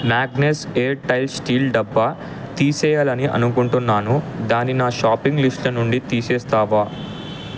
మ్యాగ్నెస్ air tyre steel డబ్బా తీసేయాలని అనుకుంటున్నాను దాన్ని నా షాపింగ్ లిస్ట్ల నుండి తీసేస్తావా